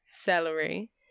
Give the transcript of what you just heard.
celery